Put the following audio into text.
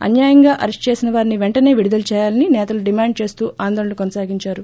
అన్యాయంగా అరెస్టు చేసిన వారిని పెంటసే విడుదల చేయాలని సేతలు డిమాండ్ చేస్తూ ఆందోళన కొనసాగిందారు